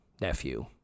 nephew